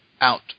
out